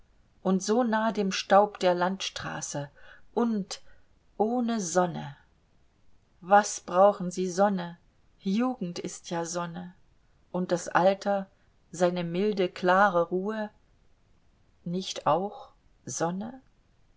und so nah dem staub der landstraße und ohne sonne was brauchen sie sonne jugend ist ja sonne und das alter seine milde klare ruhe nicht auch sonne